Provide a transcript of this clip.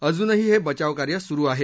अजूनही हे बचावकार्य सुरू आहे